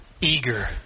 eager